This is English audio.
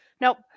nope